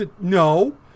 no